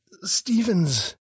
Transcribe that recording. Stephen's